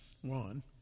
one